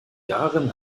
jahren